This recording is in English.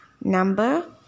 Number